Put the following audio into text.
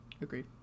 Agreed